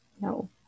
No